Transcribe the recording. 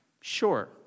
Sure